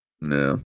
No